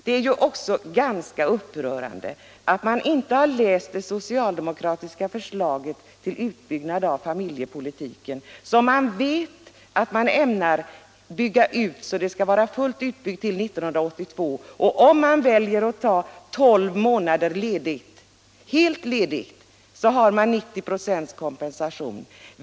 Det är ganska upprörande att man inte har läst det socialdemokratiska förslaget till utbyggnad av familjepolitiken, som man vet skall vara fullt utbyggt till 1982. Om man väljer att ta helt ledigt tolv månader har man 90 926 kompensation.